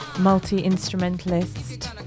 multi-instrumentalist